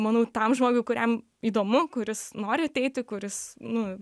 manau tam žmogui kuriam įdomu kuris nori ateiti kuris nu